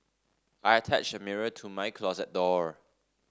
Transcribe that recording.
I attached a mirror to my closet door